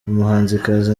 umuhanzikazi